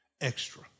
Extra